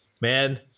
Man